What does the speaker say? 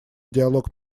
диалог